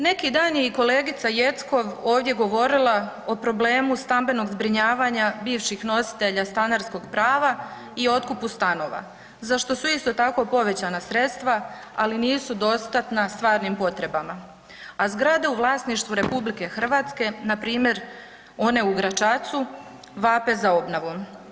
Neki dan je i kolegica Jeckov ovdje govorila o problemu stambenog zbrinjavanja bivših nositelja stanarskog prava i otkupu stanova za što su isto tako povećana sredstva ali nisu dostatna stvarnim potrebama, a zgrade u vlasništvu RH npr. one u Gračacu vape za obnovom.